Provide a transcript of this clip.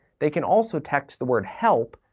they can also text the word, help,